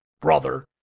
brother